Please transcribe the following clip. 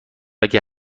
اگه